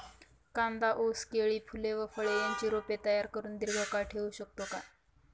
कांदा, ऊस, केळी, फूले व फळे यांची रोपे तयार करुन दिर्घकाळ ठेवू शकतो का?